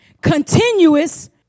continuous